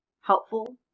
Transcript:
helpful